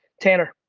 tanner,